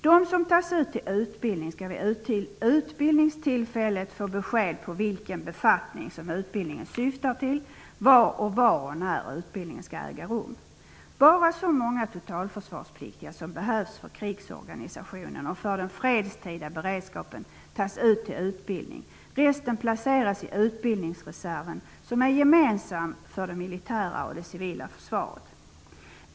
De som tas ut till utbildning skall vid utbildningstillfället få besked om vilken befattning som utbildningen syftar till samt var och när utbildningen skall äga rum. Bara så många totalförsvarspliktiga som behövs för krigsorganisationen och för den fredstida beredskapen skall tas ut till utbildning. Resten placeras i utbildningsreserven, som är gemensam för det militära och det civila försvaret.